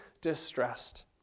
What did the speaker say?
distressed